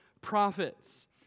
prophets